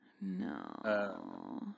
No